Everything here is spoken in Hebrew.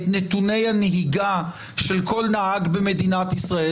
את נתוני הנהיגה של כל נהג במדינת ישראל.